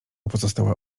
pozostała